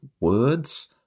words